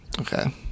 Okay